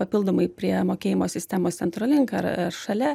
papildomai prie mokėjimo sistemos centrolink ar ar šalia